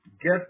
Get